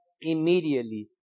immediately